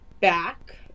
back